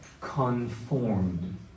conformed